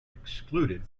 excluded